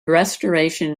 restoration